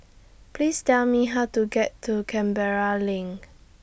Please Tell Me How to get to Canberra LINK